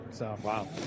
Wow